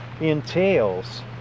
entails